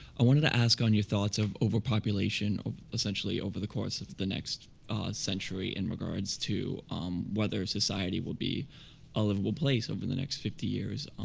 i wanted to ask on your thoughts of over-population essentially over the course of the next century, in regards to whether society will be a livable place over the next fifty years.